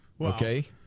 Okay